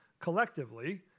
collectively